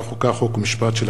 חוק ומשפט של הכנסת.